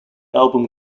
album